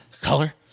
Color